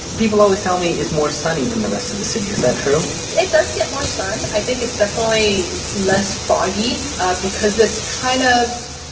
and people always tell me, is more sunny than the rest of the city, is that true? anita it does get more sun. i think it's definitely less foggy because it's kind of,